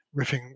riffing